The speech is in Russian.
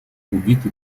убиты